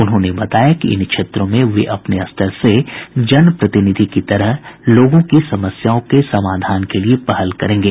उन्होंने बताया कि इन क्षेत्रों में वे अपने स्तर से जन प्रतिनिधि की तरह जन समस्याओं के समाधान के लिए पहल करेंगे